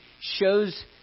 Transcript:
shows